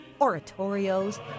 oratorios